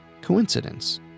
Coincidence